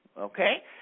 Okay